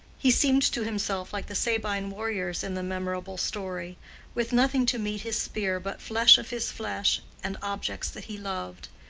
he seemed to himself like the sabine warriors in the memorable story with nothing to meet his spear but flesh of his flesh, and objects that he loved.